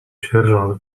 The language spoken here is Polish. sierżant